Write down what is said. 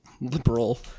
liberal